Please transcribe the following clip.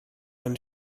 and